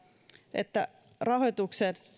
että rahoituksen